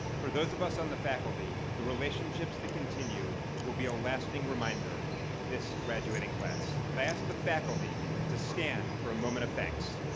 for those of us on the faculty, the relationships that continue will be our lasting reminder of this graduating class. could i ask the faculty to stand for a moment of thanks.